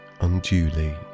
unduly